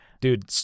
Dude